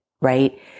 right